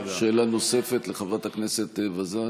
שאלה נוספת לחברת הכנסת וזאן.